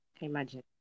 imagine